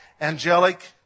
Angelic